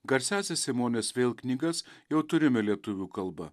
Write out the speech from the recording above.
garsiąsias simonės vėl knygas jau turime lietuvių kalba